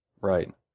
Right